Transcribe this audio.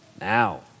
Now